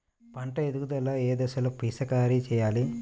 పంట ఎదుగుదల ఏ దశలో పిచికారీ చేయాలి?